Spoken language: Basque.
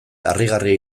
harrigarria